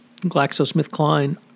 GlaxoSmithKline